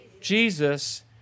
Jesus